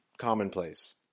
Commonplace